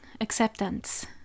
acceptance